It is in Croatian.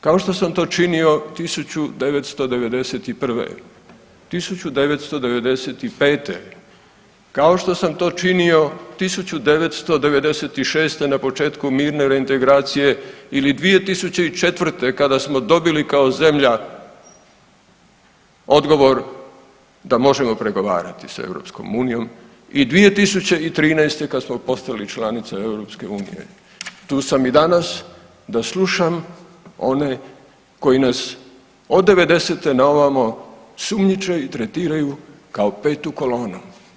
Kao što sam to činio 1991., 1995., kao što sam to činio 1996. na početku mirne reintegracije ili 2004. kada smo dobili kao zemlja odgovor da možemo pregovarati s EU i 2013. kad smo postali članica EU i tu sam i danas da slušam one koji nas od '90. na ovamo sumnjiče i tretiraju kao petu kolonu.